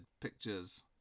pictures